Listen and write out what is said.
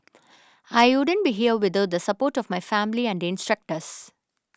I wouldn't be here without the support of my family and instructors